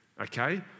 okay